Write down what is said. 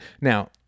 Now